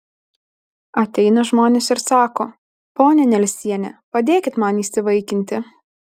ateina žmonės ir sako ponia nelsiene padėkit man įsivaikinti